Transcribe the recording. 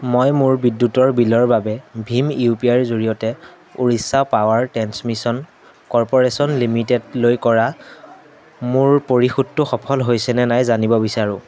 মই মোৰ বিদ্যুতৰ বিলৰ বাবে ভীম ইউ পি আইৰ জৰিয়তে উৰিষ্যা পাৱাৰ ট্ৰেন্সমিশ্যন কৰ্পোৰেচন লিমিটেডলৈ কৰা মোৰ পৰিশোধটো সফল হৈছে নে নাই জানিব বিচাৰোঁ